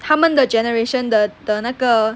他们的 generation 的的那个